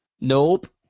Nope